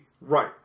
Right